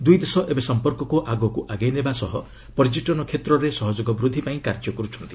ଦୁଇ ଦେଶ ଏବେ ସମ୍ପର୍କକୁ ଆଗକୁ ଆଗେଇ ନେବା ସହ ପର୍ଯ୍ୟଟନ କ୍ଷେତ୍ରରେ ସହଯୋଗ ବୁଦ୍ଧି ପାଇଁ କାର୍ଯ୍ୟ କରୁଛନ୍ତି